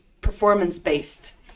performance-based